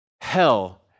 Hell